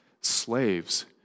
slaves